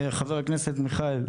ח"כ מיכאל,